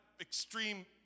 Extreme